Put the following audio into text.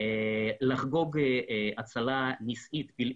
לחגוג הצלה פלאית,